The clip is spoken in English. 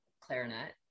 clarinet